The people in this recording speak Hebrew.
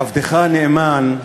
עבדך הנאמן,